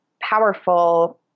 powerful